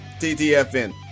TTFN